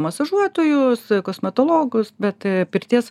masažuotojus kosmetologus bet pirties